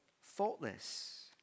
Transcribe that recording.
faultless